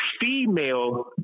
female